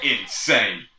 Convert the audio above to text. insane